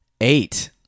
Eight